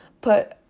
put